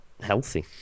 healthy